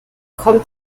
kommt